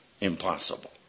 impossible